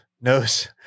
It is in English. knows –